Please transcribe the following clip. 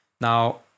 now